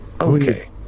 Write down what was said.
Okay